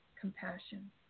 compassion